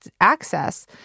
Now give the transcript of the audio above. access